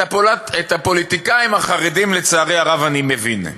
את הפוליטיקאים החרדים, לצערי הרב, אני מבין,